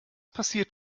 passiert